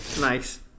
Nice